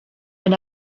been